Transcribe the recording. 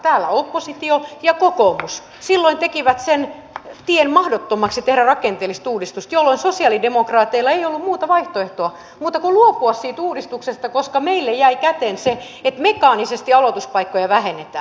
täällä oppositio ja kokoomus silloin tekivät mahdottomaksi sen tien tehdä rakenteellista uudistusta jolloin sosialidemokraateilla ei ollut muuta vaihtoehtoa kuin luopua siitä uudistuksesta koska meille jäi käteen se että mekaanisesti aloituspaikkoja vähennetään